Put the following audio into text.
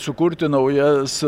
sukurti naujas